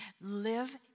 live